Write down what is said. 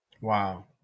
Wow